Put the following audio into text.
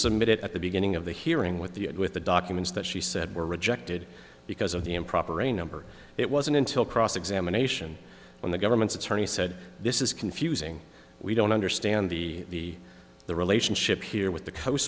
submit it at the beginning of the hearing with the with the documents that she said were rejected because of the improper a number it wasn't until cross examination when the government's attorney said this is confusing we don't understand the the relationship here with the co